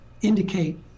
indicate